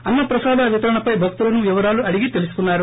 అన్న ప్రసాద వితరణపై భక్తులను వివరాలు అడిగి తెలుసుకున్నారు